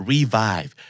Revive